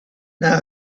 now